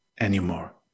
anymore